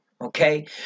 okay